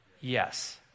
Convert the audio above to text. Yes